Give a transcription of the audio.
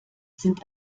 sind